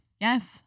yes